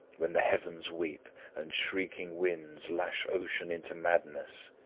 when the heavens weep, and shrieking winds lash ocean into madness,